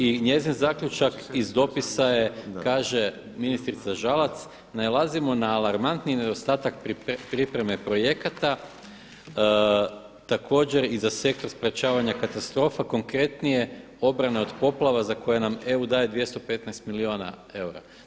I njezin zaključak iz dopisa je kaže ministrica Žalac, nailazimo na alarmantni nedostatak pripreme projekata, također i za sektor sprečavanja katastrofa konkretnije obrane od poplava za koje nam EU daje 215 milijuna eura.